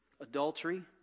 Adultery